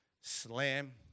Slam